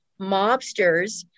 mobsters